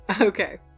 okay